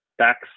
tax